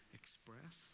express